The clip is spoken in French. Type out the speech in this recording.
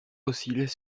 oscillait